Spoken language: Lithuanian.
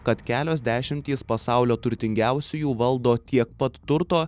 kad kelios dešimtys pasaulio turtingiausiųjų valdo tiek pat turto